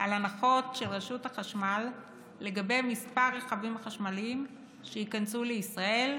על הנחות של רשות החשמל לגבי מספר הרכבים החשמליים שייכנסו לישראל,